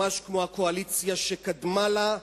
ממש כמו הקואליציה שקדמה לה,